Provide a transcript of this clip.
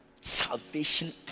Salvation